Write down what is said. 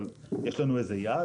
אבל יש לנו איזה יעד?